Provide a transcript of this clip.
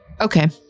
Okay